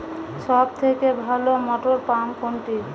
সবথেকে ভালো মটরপাম্প কোনটি?